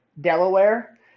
Delaware